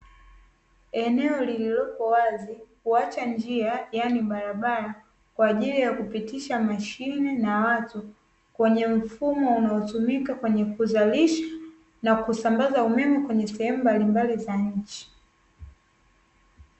Eneo lililopo wazi kuacha njia yaani barabara kwa ajili ya kupitisha mashine na watu kwenye mfumo unaotumika kwenye kuzalisha na kusambaza umeme kwenye sehemu mbalimbali za nchi .